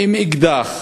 עם אקדח